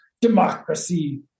democracy